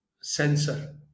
sensor